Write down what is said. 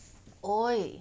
!oi!